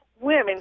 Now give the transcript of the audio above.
women